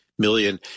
million